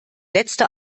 letzte